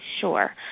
sure